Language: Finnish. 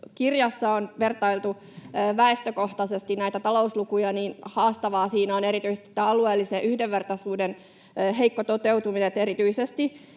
kertomuskirjassa on vertailtu väestökohtaisesti näitä talouslukuja, niin haastavaa siinä on erityisesti tämän alueellisen yhdenvertaisuuden heikko toteutuminen. Erityisesti